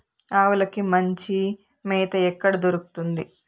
ఆవులకి మంచి మేత ఎక్కడ దొరుకుతుంది?